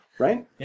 Right